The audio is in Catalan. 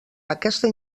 aquesta